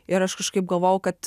ir aš kažkaip galvojau kad